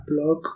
blog